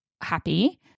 happy